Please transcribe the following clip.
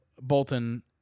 Bolton